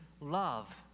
love